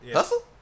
Hustle